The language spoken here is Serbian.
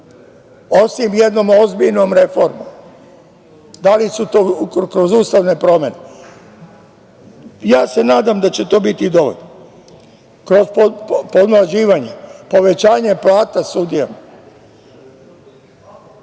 osim jednom ozbiljnom reformom. Da li su to kroz ustavne promene? Ja se nadam da će to biti dovoljno, kroz podmlađivanje, povećanje plata sudija